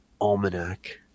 Almanac